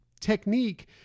technique